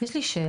יש לי שאלה,